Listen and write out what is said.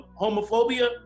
homophobia